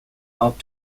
opt